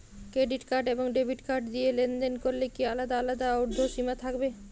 Credit card এবং debit card দিয়ে লেনদেন করলে কি আলাদা আলাদা ঊর্ধ্বসীমা থাকবে?